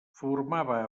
formava